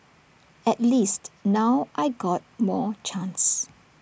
at least now I got more chance